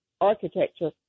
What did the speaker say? architecture